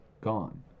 gone